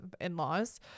in-laws